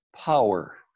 power